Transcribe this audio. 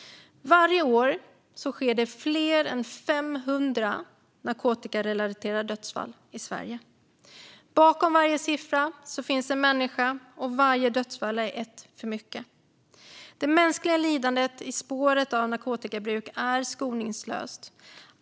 Varje år sker fler än 500 narkotikarelaterade dödsfall i Sverige. Bakom varje siffra finns en människa, och varje dödsfall är ett för mycket. Det mänskliga lidandet i spåret av narkotikabruk är skoningslöst.